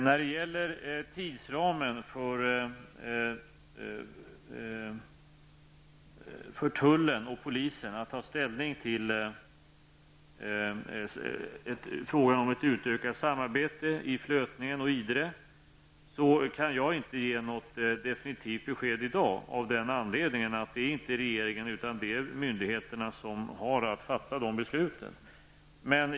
När det gäller tidsramen för tullen och polisen att ta ställning till frågan om ett utökat samarbete i Flötningen och Idre, kan jag inte ge något definitivt besked av den anledningen att det inte är regeringe utan myndigheterna som har att fatta besluten.